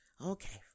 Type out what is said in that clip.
Okay